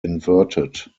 inverted